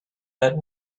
that